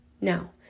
Now